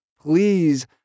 Please